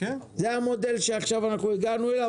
זה המודל אליו הגענו?